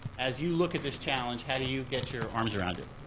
as you look at this challenge, how do you get your arms around it?